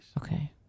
Okay